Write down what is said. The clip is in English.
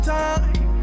time